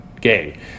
Gay